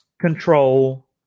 control